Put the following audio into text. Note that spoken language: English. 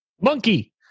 Monkey